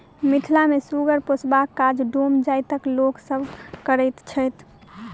मिथिला मे सुगर पोसबाक काज डोम जाइतक लोक सभ करैत छैथ